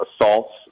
assaults